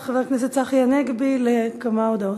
את חבר הכנסת צחי הנגבי לכמה הודעות.